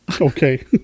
Okay